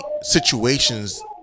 situations